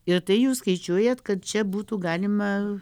ir tai jūs skaičiuojat kad čia būtų galima